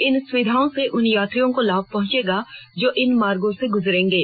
इन सुविधाओं से उन यात्रियों को लाभ पहंचेगा जो इन मार्गो से गुजरेंगे